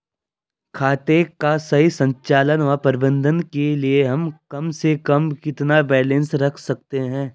खाते का सही संचालन व प्रबंधन के लिए हम कम से कम कितना बैलेंस रख सकते हैं?